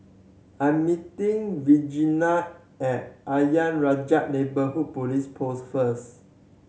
I am meeting Virginia at Ayer Rajah Neighbourhood Police Post first